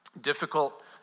difficult